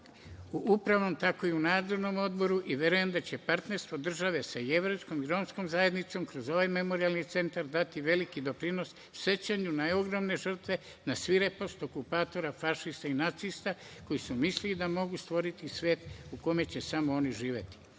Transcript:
u upravnom tako i u nadzornom odboru, i verujem da će partnerstvo države sa jevrejskom i romskom zajednicom, kroz ovaj memorijalni centar dati veliki doprinos, sećanju na ogromne žrtve na svirepost okupatora, fašista i nacista koji su mislili da mogu stvoriti svet u kome će samo oni živeti. Njima